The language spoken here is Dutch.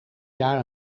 jaar